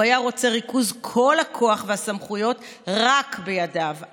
הוא היה רוצה את ריכוז כל הכוח והסמכויות רק בידיו,